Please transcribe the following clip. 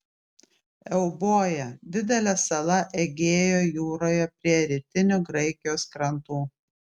euboja didelė sala egėjo jūroje prie rytinių graikijos krantų